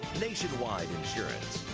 nationwide insurance.